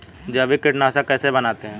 जैविक कीटनाशक कैसे बनाते हैं?